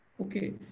Okay